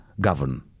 govern